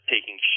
taking